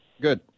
Good